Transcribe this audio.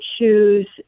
choose